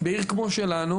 בעיר כמו שלנו,